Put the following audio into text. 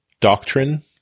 doctrine